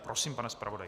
Prosím, pane zpravodaji.